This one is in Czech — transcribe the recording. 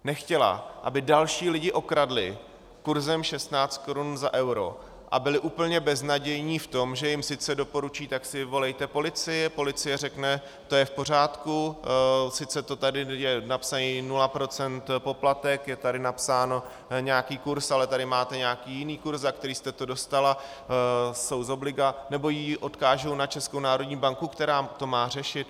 Nechtěla, aby další lidi okradli kurzem 16 korun za euro a byli úplně beznadějní v tom, že jim sice doporučí tak volejte policii, ale policie řekne to je v pořádku, sice tady je napsáno 0 % poplatek, je tady napsaný nějaký kurz, ale tady máte jiný kurz, za který jste to dostala, jsou z obliga, nebo ji odkážou na Českou národní banku, která to má řešit.